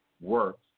works